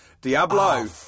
Diablo